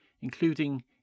including